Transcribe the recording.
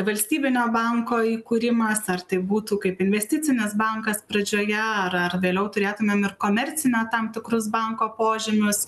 valstybinio banko įkūrimas ar tai būtų kaip investicinis bankas pradžioje ar ar vėliau turėtumėme ir komercinio tam tikrus banko požymius